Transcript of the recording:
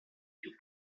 più